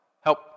Help